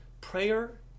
prayer